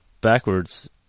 backwards